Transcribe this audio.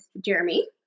Jeremy